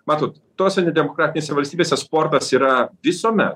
matot tose nedemokratinėse valstybėse sportas yra visuomet